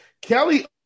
Kelly